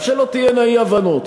שלא תהיינה אי-הבנות,